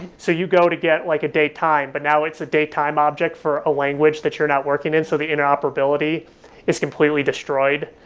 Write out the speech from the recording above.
so you go to get like a daytime, but now it's a daytime object for a language that you're not working in, so the interoperability is completely destroyed.